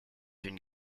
une